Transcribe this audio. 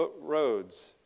roads